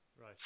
Right